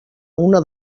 una